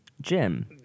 Jim